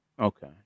Okay